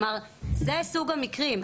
זה סוג המקרים.